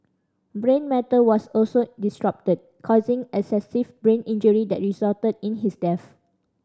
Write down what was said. brain matter was also disrupted causing excessive brain injury that resulted in his death